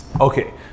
Okay